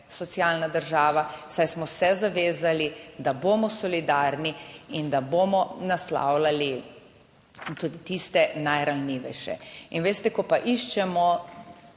socialna država, saj smo se zavezali, da bomo solidarni, in da bomo naslavljali tudi tiste najranljivejše. In veste, ko pa iščemo